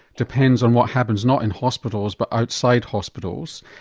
depends on what happens not in hospitals but outside hospitals.